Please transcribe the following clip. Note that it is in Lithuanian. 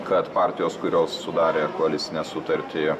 kad partijos kurios sudarė koalicinę sutartį